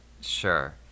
Sure